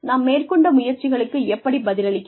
நாம் மேற்கொண்ட முயற்சிகளுக்கு எப்படிப் பதிலளிக்கிறது